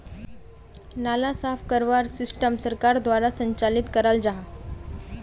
नाला साफ करवार सिस्टम सरकार द्वारा संचालित कराल जहा?